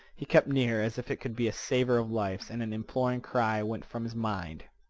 he kept near, as if it could be a saver of lives, and an imploring cry went from his mind.